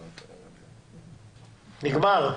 נגמר.